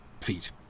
feet